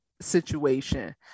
situation